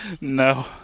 No